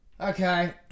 okay